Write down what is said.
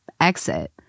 exit